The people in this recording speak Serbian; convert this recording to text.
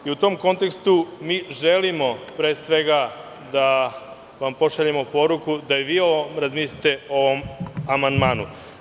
U tom kontekstu želimo, pre svega, da vam pošaljemo poruku da i vi razmislite i o ovom amandmanu.